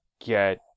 get